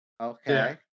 Okay